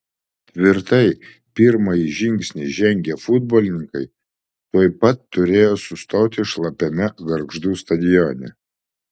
tvirtai pirmąjį žingsnį žengę futbolininkai tuoj pat turėjo sustoti šlapiame gargždų stadione